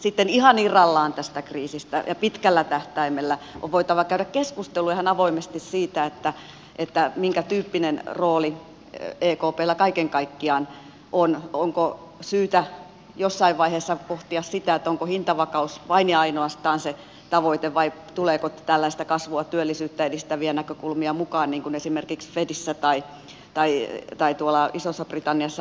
sitten ihan irrallaan tästä kriisistä ja pitkällä tähtäimellä on voitava käydä keskustelua ihan avoimesti siitä minkä tyyppinen rooli ekpllä kaiken kaikkiaan on onko syytä jossain vaiheessa pohtia sitä onko hintavakaus vain ja ainoastaan se tavoite vai tuleeko tällaisia kasvua työllisyyttä edistäviä näkökulmia mukaan niin kuin esimerkiksi fedissä tai isossa britanniassa